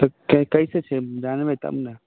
तऽ कै कइसे छै जानबै तब ने